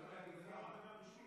אני יכול לדבר בשמי.